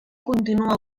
continua